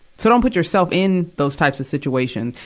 so don't put yourself in those types of situations.